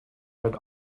had